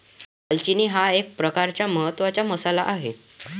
दालचिनी हा एक प्रकारचा महत्त्वाचा मसाला आहे